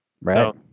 Right